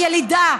הילידה,